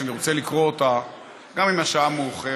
ואני רוצה לקרוא אותה גם אם השעה מאוחרת.